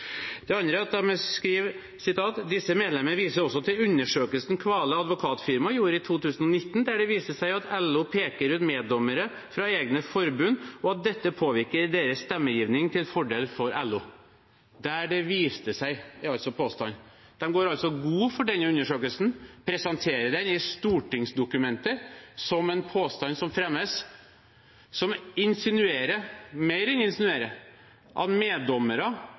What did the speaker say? Det andre de skriver, er: «Disse medlemmene viser også til undersøkelsen Kvale Advokatfirma gjorde i 2019, der det viste seg at LO peker ut meddommere fra egne forbund og at dette påvirker deres stemmegivning til fordel for LO.» der det viste seg», er altså påstanden. De går altså god for denne undersøkelsen, presenterer den i stortingsdokumenter som en påstand som fremmes som insinuerer – mer enn insinuerer – at meddommere